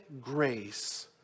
grace